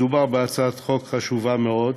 מדובר בהצעת חוק חשובה מאוד,